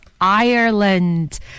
ireland